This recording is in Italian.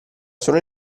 solo